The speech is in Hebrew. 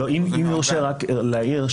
אם יורשה להעיר.